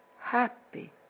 happy